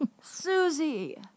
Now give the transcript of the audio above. Susie